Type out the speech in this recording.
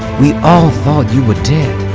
we all thought you were dead.